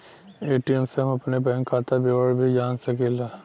ATM से हम अपने बैंक खाता विवरण भी जान सकीला